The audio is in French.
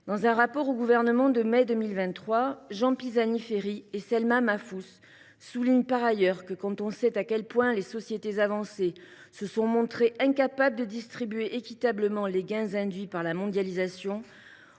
Dans leur rapport remis au Gouvernement en mai 2023, Jean Pisani Ferry et Selma Mahfouz soulignent par ailleurs que, « quand on sait à quel point les sociétés avancées se sont montrées incapables de distribuer équitablement les gains induits par la mondialisation,